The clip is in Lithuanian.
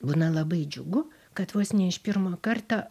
būna labai džiugu kad vos ne iš pirmo karto